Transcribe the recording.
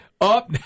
up